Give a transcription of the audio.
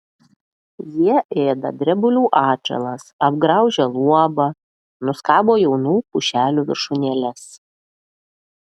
jie ėda drebulių atžalas apgraužia luobą nuskabo jaunų pušelių viršūnėles